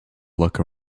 look